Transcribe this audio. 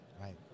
Right